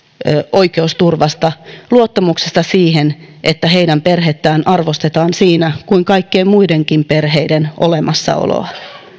oikeusturvasta luottamuksesta siihen että heidän perhettään arvostetaan siinä kuin kaikkien muidenkin perheiden olemassaoloa